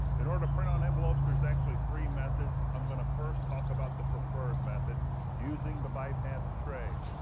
in order to print on envelopes, there's actually three methods. i'm gonna first talk about the preferred method using the bypass tray.